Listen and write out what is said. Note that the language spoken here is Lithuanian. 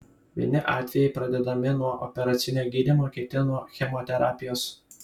vieni atvejai pradedami nuo operacinio gydymo kiti nuo chemoterapijos